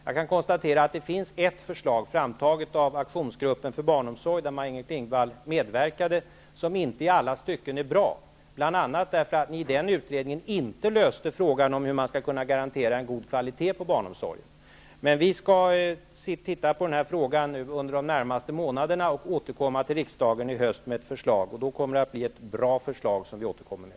Jag kan konstatera att det finns ett förslag framtaget av aktionsgruppen för barnomsorg, där Maj-Inger Klingvall medverkade, som inte i alla stycken är bra, bl.a. därför att ni i den utredningen inte löste frågan om hur man skall kunna garantera en god kvalitet på barnomsorgen. Vi skall titta på den här frågan under de närmaste månaderna och återkomma till riksdagen i höst med ett förslag. Då blir det ett bra förslag som vi återkommer med.